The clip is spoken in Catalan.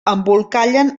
embolcallen